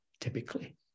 typically